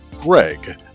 greg